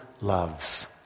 loves